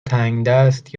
تنگدست